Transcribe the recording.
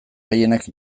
gehienak